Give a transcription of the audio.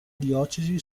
diocesi